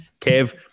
Kev